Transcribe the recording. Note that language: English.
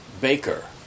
Baker